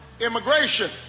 immigration